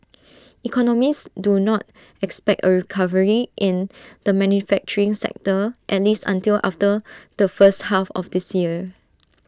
economists do not expect A recovery in the manufacturing sector at least until after the first half of this year